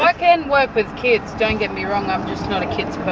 but can work with kids, don't get me wrong, i'm just not a kids person,